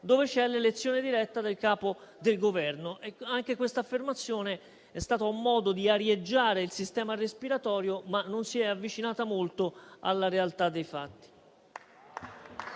dove c'è l'elezione diretta del capo dell'amministrazione. Anche questa affermazione, dunque, è stata un modo di arieggiare il sistema respiratorio, ma non si è avvicinata molto alla realtà dei fatti.